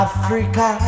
Africa